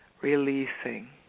releasing